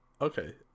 Okay